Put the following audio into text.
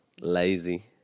lazy